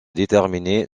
déterminé